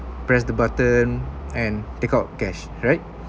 press the button and take out cash right